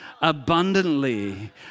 abundantly